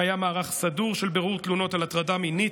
קיים מערך סדור של בירור תלונות על הטרדה מינית,